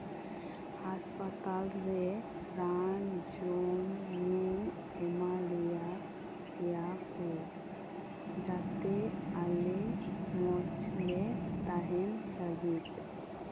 ᱦᱟᱥᱯᱟᱛᱟᱞ ᱨᱮ ᱨᱟᱱ ᱡᱚᱢᱼᱧᱩ ᱮᱢᱟ ᱞᱮᱭᱟ ᱠᱳ ᱡᱟᱛᱮ ᱟᱞᱮ ᱢᱚᱸᱡᱽ ᱞᱮ ᱛᱟᱦᱮᱱ ᱞᱟᱹᱜᱤᱫ